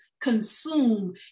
consume